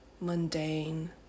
mundane